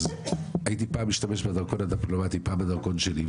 הייתי פעם משתמש בדרכון הדיפלומטי ופעם בדרכון שלי,